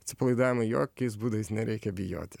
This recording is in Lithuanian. atsipalaidavimo jokiais būdais nereikia bijoti